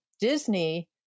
Disney